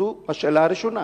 זו השאלה הראשונה.